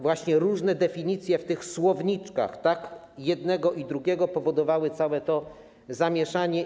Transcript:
Właśnie różne definicje w słowniczkach tak jednego, jak i drugiego aktu powodowały całe to zamieszanie.